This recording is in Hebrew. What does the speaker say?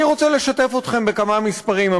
אני רוצה לשתף אתכם בכמה מספרים,